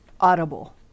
audible